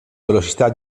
velocità